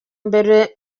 mbere